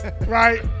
Right